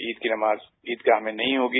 ईद की नमाज ईदगाह में नहीं होगी